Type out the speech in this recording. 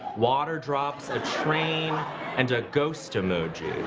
water drops, a train and a ghost emoji.